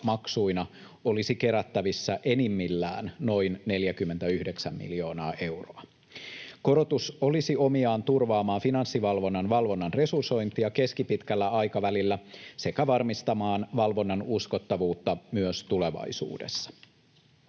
olisi kerättävissä enimmillään noin 49 miljoonaa euroa. Korotus olisi omiaan turvaamaan Finanssivalvonnan valvonnan resursointia keskipitkällä aikavälillä sekä varmistamaan valvonnan uskottavuutta myös tulevaisuudessa.